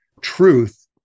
truth